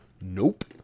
nope